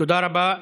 תודה רבה.